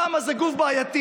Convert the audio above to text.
כמה זה גוף בעייתי,